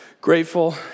grateful